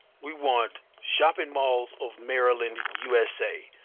we want shopping malls of maryland, usa.